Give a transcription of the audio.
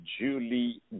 Julie